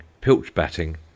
pilch-batting